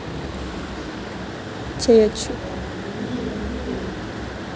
Mudra loan కావాలి అంటే ఆన్లైన్లో అప్లయ్ చేసుకోవచ్చా?